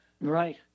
Right